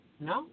No